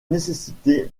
nécessiter